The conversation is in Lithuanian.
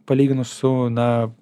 palyginus su na